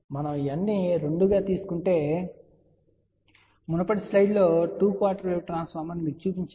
మనం n ను 2 కి సమానంగా తీసుకుంటే నేను మునుపటి స్లైడ్లో టు క్వార్టర్ వేవ్ ట్రాన్స్ఫార్మర్ను మీకు చూపించాను